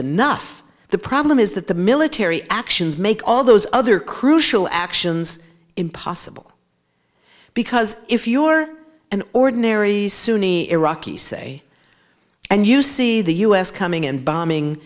enough the problem is that the military actions make all those other crucial actions impossible because if you are an ordinary sunni iraqis say and you see the u s coming in and bombing